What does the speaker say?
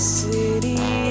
city